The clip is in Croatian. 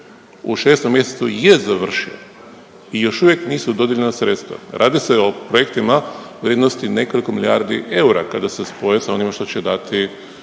u 6. mjesecu je završio i još uvijek nisu dodijeljena sredstva, radi se o projektima vrijednosti nekoliko milijardi eura kada se spoje sa onima što će dati,